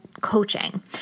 coaching